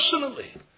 personally